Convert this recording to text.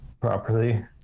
properly